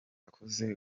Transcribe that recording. yakoze